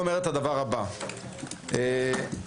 היו"ר מירב בן ארי (יו"ר ועדת ביטחון הפנים):